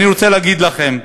אני רוצה להגיד לכם,